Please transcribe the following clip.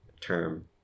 term